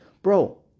Bro